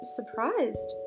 surprised